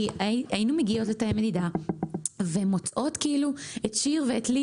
היינו מגיעות לתאי מדידה ומוצאות את שיר ואת לי